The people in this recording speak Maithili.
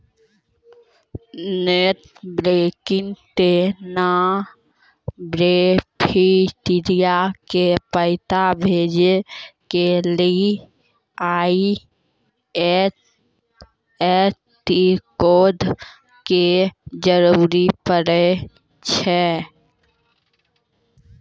नेटबैंकिग से नान बेनीफिसियरी के पैसा भेजै के लेली आई.एफ.एस.सी कोड के जरूरत पड़ै छै